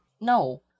No